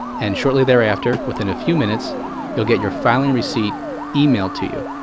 and shortly thereafter within a few minutes you'll get your filing receipt emailed to you.